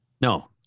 No